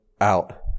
out